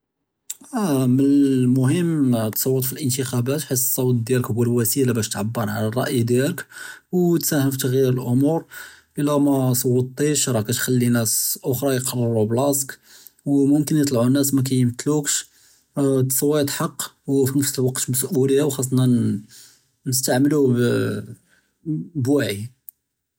אה מַאלְמֻהִים תְּצוּת פִּלְאִנְתֵחַאבַּאת חֵית צְוּת דִיַאלֶך הוּא וַסִילַה בַּאש תְּעַבֵּר עַלַא רַאיוֹך וּתְשַׂהֵם פִּתְּגְ'יִיר לְאָמּוּר אִלָא מָא צְוּתִיש רַאח כּתְחַלִּי נַאס אֻכְּרַא יְקַרְרוּ פִּבְּלַאסְתֶּך וּמוּמְכִּין יְטַלְעוּ נַאס מַאקִימְתְלּוּכֵּש אֶת־תַּצְוִית חַקּ וּפִנְנַפְס לְוַקְת מַסְּאוּלִיַּה וְחַאסְנַא נִסְתַעְמְלּוּה בְּוַעִי.